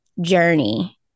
journey